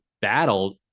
battle